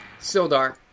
Sildar